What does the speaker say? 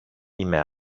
είμαι